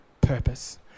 purpose